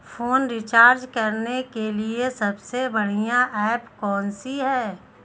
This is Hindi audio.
फोन रिचार्ज करने के लिए सबसे बढ़िया ऐप कौन सी है?